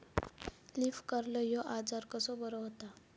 Leaf curl ह्यो आजार कसो बरो व्हता?